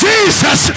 Jesus